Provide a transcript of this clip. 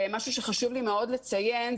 משהו שחשוב לי מאוד לציין,